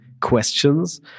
questions